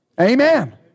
Amen